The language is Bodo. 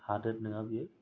हादोर नङा बियो